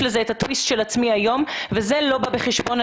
הטוויסט של עצמי היום וזה לא בא בחשבון.